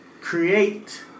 create